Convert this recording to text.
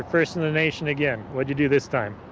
first in the nation again. what did you do this time?